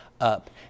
up